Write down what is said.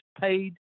paid